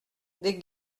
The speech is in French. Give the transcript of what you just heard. des